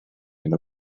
hyn